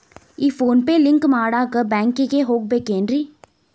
ಈ PhonePe link ಮಾಡಾಕ ಬ್ಯಾಂಕಿಗೆ ಹೋಗ್ಬೇಕೇನ್ರಿ?